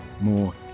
more